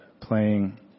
playing